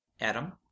adam